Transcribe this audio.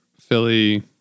Philly